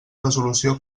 resolució